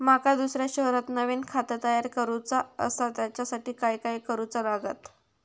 माका दुसऱ्या शहरात नवीन खाता तयार करूचा असा त्याच्यासाठी काय काय करू चा लागात?